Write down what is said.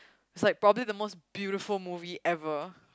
is like probably the most beautiful movie ever